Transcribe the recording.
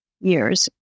years